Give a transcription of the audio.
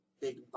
big